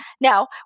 Now